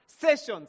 sessions